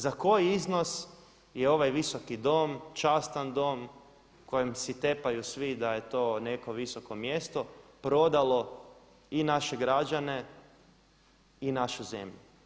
Za koji iznos je ovaj Visoki dom, častan Dom kojem si tepaju svi da je to neko visoko mjesto prodalo i naše građane i našu zemlju.